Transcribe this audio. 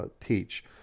teach